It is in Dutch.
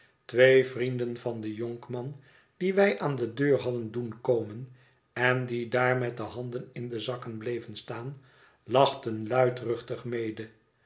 twee vrienden van den jonkman die wij aan de deur hadden doen komen en die daar met de handen in de zakken bleven staan lachten luidruchtig mede